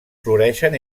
floreixen